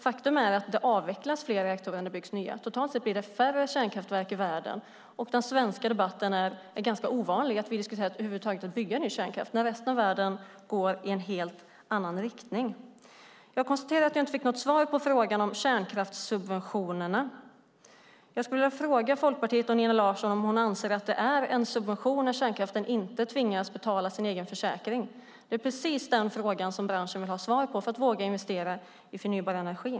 Faktum är att det avvecklas fler reaktorer än det byggs nya. Det blir färre kärnkraftverk i världen totalt sett. Den svenska debatten om att över huvud taget bygga ny kärnkraft är ganska ovanlig. Resten av världen går i helt annan riktning. Jag konstaterar att jag inte fick något svar på frågan om kärnkraftssubventionerna. Anser Folkpartiet och Nina Larsson att det är en subvention när kärnkraften inte tvingas betala sin egen försäkring? Det är den frågan som branschen vill ha svar på för att våga investera i förnybar energi.